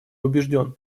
убежден